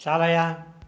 चालय